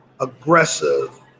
aggressive –